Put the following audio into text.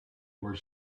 where